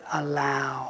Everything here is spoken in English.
allow